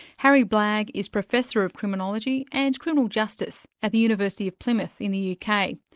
harry blagg is professor of criminology and criminal justice at the university of plymouth in the kind of